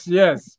yes